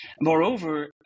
Moreover